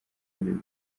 bibiri